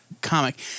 comic